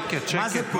שקט, שקט.